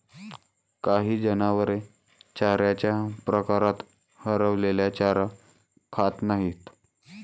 काही जनावरे चाऱ्याच्या प्रकारात हरवलेला चारा खात नाहीत